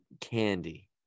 candy